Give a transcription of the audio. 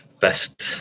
best